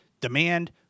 demand